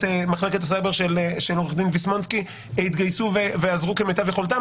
הסייבר של עורך דין ויסמונסקי יתגייסו ויעזרו כמיטב יכולתם,